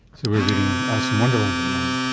so we are reading alice in wonderland at the moment.